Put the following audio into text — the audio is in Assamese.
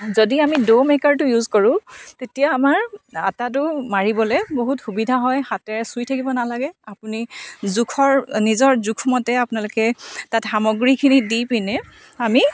যদি আমি ড' মেকাৰটো ইউজ কৰোঁ তেতিয়া আমাৰ আটাটো মাৰিবলৈ বহুত সুবিধা হয় হাতেৰে চুই থাকিব নালাগে আপুনি জোখৰ নিজৰ জোখমতে আপোনালোকে তাত সামগ্ৰীখিনি দি পিনে আমি